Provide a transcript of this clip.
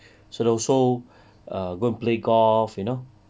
siloso err and go and play golf you know